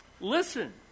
Listen